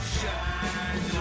shine